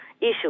issue